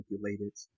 Manipulated